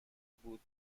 بود